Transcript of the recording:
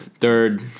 Third